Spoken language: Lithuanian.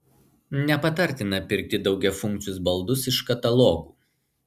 nepatartina pirkti daugiafunkcius baldus iš katalogų